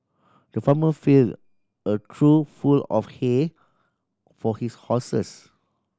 the farmer fill a trough full of hay for his horses